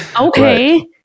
okay